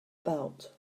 belt